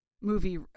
movie